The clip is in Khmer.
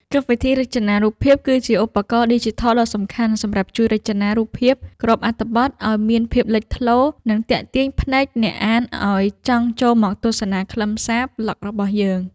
កម្មវិធីរចនារូបភាពគឺជាឧបករណ៍ឌីជីថលដ៏សំខាន់សម្រាប់ជួយរចនារូបភាពក្របអត្ថបទឱ្យមានភាពលេចធ្លោ និង ទាក់ទាញភ្នែកអ្នកអានឱ្យចង់ចូលមកទស្សនាខ្លឹមសារប្លក់របស់យើង។